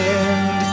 end